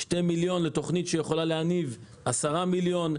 2 מיליון לתוכנית שיכולה להניב 10 מיליון.